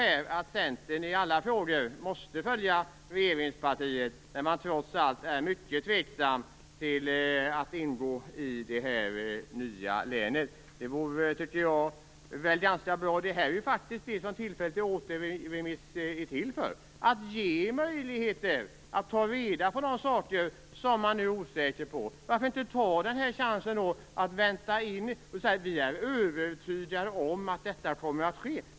Eller måste Centern i alla frågor följa regeringspartiet, trots att Centerpartiet är mycket tveksamt till det nya länet? En återremiss är ju faktiskt till för att man skall få möjlighet att ta reda på de saker som man är osäker på. Varför tar man inte den här chansen? Man säger att man är övertygad om att detta kommer att ske.